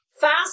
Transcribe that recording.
Fast